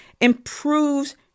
improves